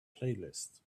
playlist